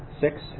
Six